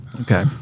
okay